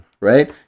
right